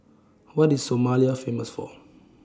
What IS Somalia Famous For